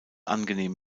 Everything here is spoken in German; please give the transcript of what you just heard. angenehm